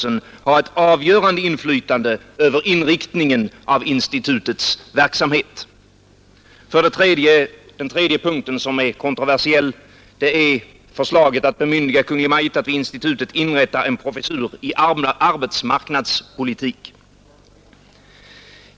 Endast en minoritet i den tilltänkta styrelsen föreutsättes ——=—— Institutet för social Den tredje punkten som är kontroversiell är förslaget att bemyndiga Kungl. Maj:t att vid institutet inrätta en professur i arbetsmarknadspolitik.